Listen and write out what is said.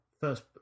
First